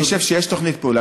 אני חושב שיש תוכנית פעולה.